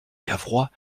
cavrois